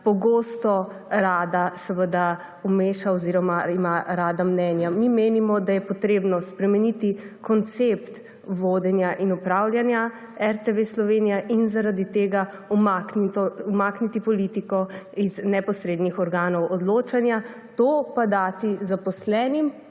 pogosto rada vmeša oziroma ima rada mnenja. Mi menimo, da je treba spremeniti koncept vodenja in upravljanja RTV Slovenija ter umakniti politiko iz neposrednih organov odločanja, to pa dati zaposlenim